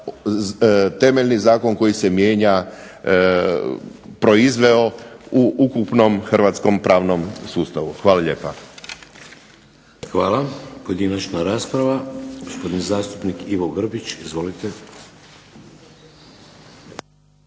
temeljni zakon koji se mijenja proizveo u ukupnom hrvatskom pravnom sustavu. Hvala lijepa. **Šeks, Vladimir (HDZ)** Hvala. Pojedinačna rasprava. Gospodin zastupnik Ivo Grbić. Izvolite.